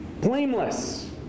Blameless